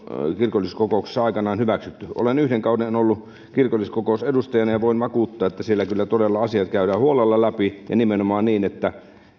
kirkolliskokouksessa aikanaan hyväksytty olen yhden kauden ollut kirkolliskokousedustajana ja voin vakuuttaa että siellä kyllä todella asiat käydään läpi huolella ja nimenomaan niin että